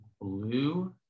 blue